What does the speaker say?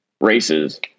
races